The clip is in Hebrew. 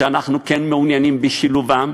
שאנחנו כן מעוניינים בשילובם,